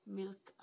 milk